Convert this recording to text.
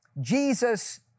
Jesus